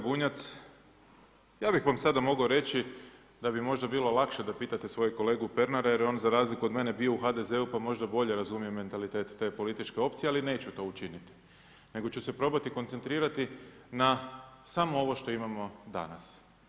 Kolega Bunjac, ja bih vam sada mogao reći da bi možda bilo lakše da pitate svojeg kolegu Pernara jer je on za razliku od mene bio u HDZ-u pa možda bolje razumije mentalitet te političke opcije, ali neću to učiniti nego ću se probati koncentrirati na samo ovo što imamo danas.